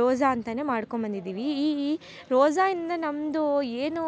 Rosa ಅಂತಾನೇ ಮಾಡ್ಕೊಂಡು ಬಂದಿದ್ದೀವಿ ಈ ಈ ರೋಸಾಯಿಂದ ನಮ್ಮದು ಏನು